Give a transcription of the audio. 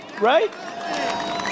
Right